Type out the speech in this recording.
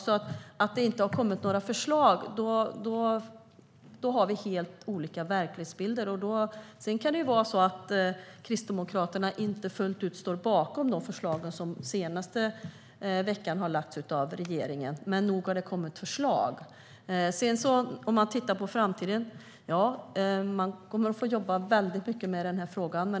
Om Aron Modig menar att det inte har kommit några förslag har vi helt olika verklighetsbilder. Sedan kan det vara så att Kristdemokraterna inte fullt ut står bakom de förslag som har lagts fram av regeringen den senaste veckan. Men nog har det kommit förslag. Ser vi på framtiden kommer vi att få jobba väldigt mycket med den här frågan.